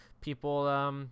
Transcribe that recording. people